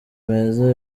meza